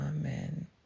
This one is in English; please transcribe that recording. Amen